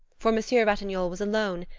for monsieur ratignolle was alone,